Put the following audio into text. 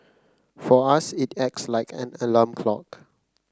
for us it acts like an alarm clock